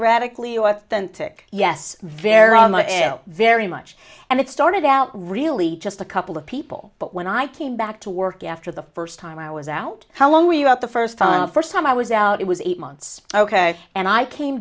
authentic yes very very much and it started out really just a couple of people but when i came back to work after the first time i was out how long were you out the first time first time i was out it was eight months ok and i came